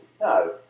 No